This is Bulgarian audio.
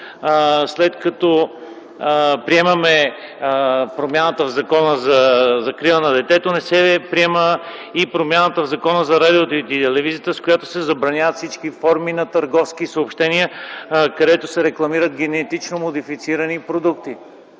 след като приемаме промяната в Закона за закрила на детето не се приема и промяната в Закона за радиото и телевизията, с която се забраняват всички форми на търговски съобщения, където се рекламират генетично модифицирани продукти.